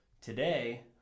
Today